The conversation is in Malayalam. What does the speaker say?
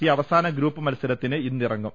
സി അവസാന ഗ്രൂപ്പ് മത്സരത്തിന് ഇന്നിറങ്ങും